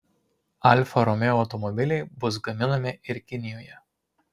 alfa romeo automobiliai bus gaminami ir kinijoje